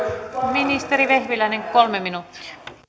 ministeri vehviläinen kolme minuuttia